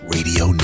Radio